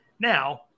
Now